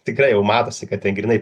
tikrai jau matosi kad tai grynai